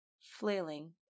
flailing